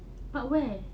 but where